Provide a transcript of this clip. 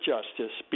Justice